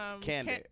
Candy